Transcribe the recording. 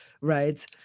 right